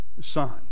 son